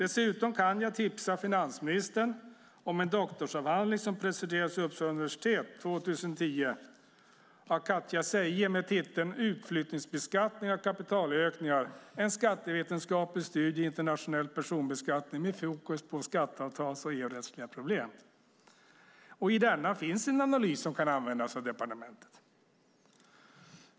Dessutom kan jag tipsa finansministern om en doktorsavhandling som presenterades vid Uppsala universitet 2010 av Katia Cejie med titeln Utflyttningsbeskattning av kapitalökningar - en skattevetenskaplig studie i internationell personbeskattning med fokus på skatteavtals och EU-rättsliga problem. I denna finns en analys som kan användas av departementet.